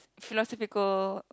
philosophical